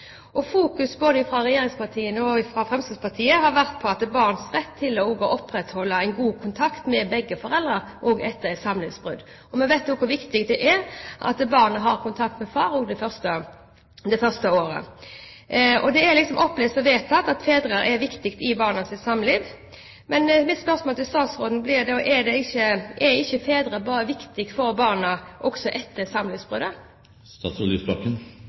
Fokus både fra regjeringspartiene og fra Fremskrittspartiet har vært på barns rett til å opprettholde en god kontakt med begge foreldrene etter samlivsbrudd. Vi vet hvor viktig det er at barnet også har kontakt med far det første året. Det er liksom opplest og vedtatt at fedre er viktige i barnets liv. Mitt spørsmål til statsråden blir da: Er ikke fedre viktige for barna også etter